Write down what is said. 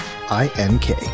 i-n-k